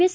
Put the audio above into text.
S